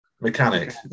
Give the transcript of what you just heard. mechanic